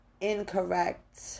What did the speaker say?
incorrect